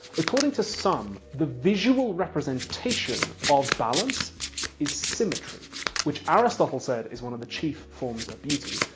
according to some the visual representation of balance is symmetry which aristotle said is one of the chief forms of beauty.